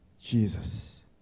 Jesus